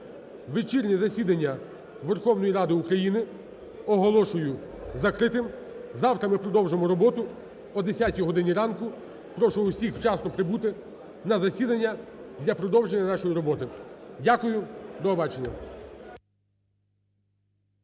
Вечірнє засідання Верховної Ради України оголошую закритим. Завтра ми продовжимо роботу о 10 годині ранку. Прошу всіх вчасно прибути на засідання для продовження нашої роботи. Дякую. До побачення.